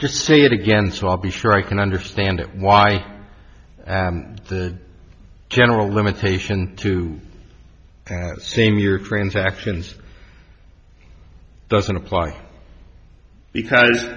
just say it again so i'll be sure i can understand why the general limitation to same year transactions doesn't apply because